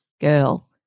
girl